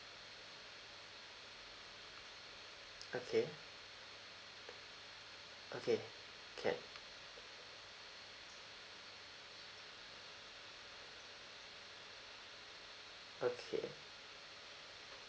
okay okay can okay